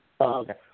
Okay